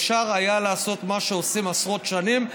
אפשר היה לעשות מה שעושים עשרות שנים,